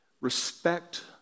respect